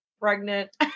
pregnant